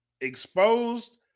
exposed